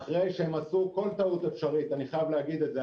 אחרי שהם עשו כל טעות אפשרית אני חייב להגיד את זה.